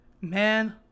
man